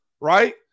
Right